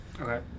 Okay